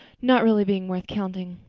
not really being worth counting.